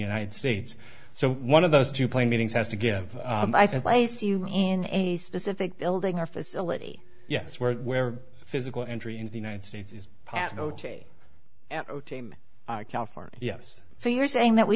united states so one of those two plain meetings has to give i can place you in a specific building or facility yes we're where physical entry into the united states is passed california yes so you're saying that we